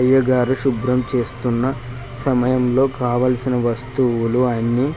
అయ్యగారు శుభ్రం చేస్తున్న సమయంలో కావాల్సిన వస్తువులు అన్నీ